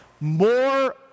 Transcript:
more